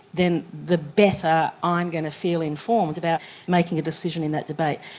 then the better i'm going to feel informed about making a decision in that debate.